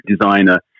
designer